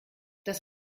das